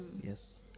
yes